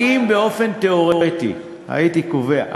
אם באופן תיאורטי הייתי קובע,